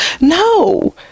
No